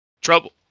trouble